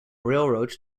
railroad